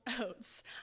oats